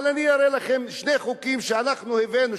אבל אני אראה לכם שני חוקים שאנחנו הבאנו,